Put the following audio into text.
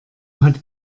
hat